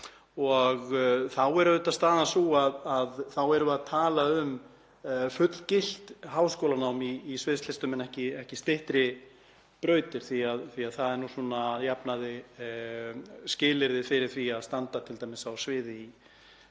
Þá er staðan sú að þá erum við að tala um fullgilt háskólanám í sviðslistum en ekki styttri brautir því að það er nú svona að jafnaði skilyrðið fyrir því að standa t.d. á sviði í